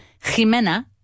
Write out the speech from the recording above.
Jimena